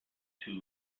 from